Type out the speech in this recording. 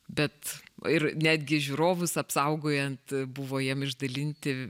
bet ir netgi žiūrovus apsaugojant buvo jiem išdalinti